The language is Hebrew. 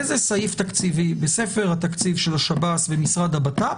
איזה סעיף תקציבי בספר התקציב של השב"ס במשרד הבט"פ